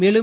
மேலும்